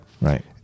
Right